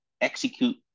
execute